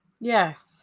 Yes